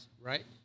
right